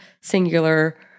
singular